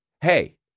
hey